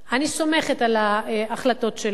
אני סומכת על ההחלטות שלו.